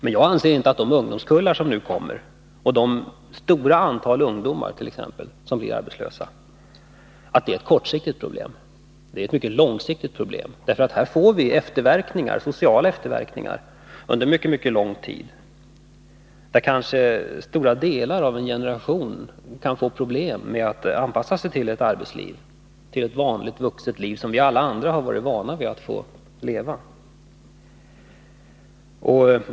Men jag anser inte att detta att ett stort antal ungdomar blir arbetslösa är ett kortsiktigt problem. Det är ett mycket långsiktigt problem, eftersom vi kommer att få sociala efterverkningar under mycket lång tid. Kanske stora delar av en generation får problem med att anpassa sig till ett arbetsliv, till ett vanligt vuxenliv som vi alla andra har varit vana vid att få leva.